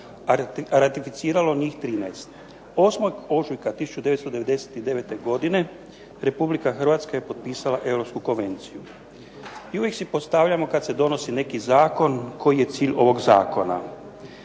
a ratificiralo njih trinaest. 8. ožujka 1999. godine Republika Hrvatska je potpisala Europsku konvenciju. I uvijek si postavljamo, kad se donosi neki zakon, koji je cilj ovog zakona.